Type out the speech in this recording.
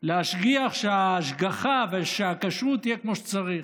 להשגיח שההשגחה ושהכשרות יהיו כמו שצריך.